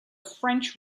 french